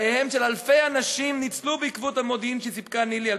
חייהם של אלפי אנשים ניצלו בעקבות המודיעין שסיפק ניל"י.